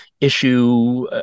issue